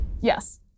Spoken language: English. Yes